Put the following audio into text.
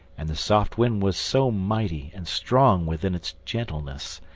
and the soft wind was so mighty and strong within its gentleness,